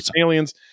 aliens